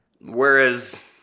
whereas